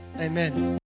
amen